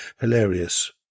hilarious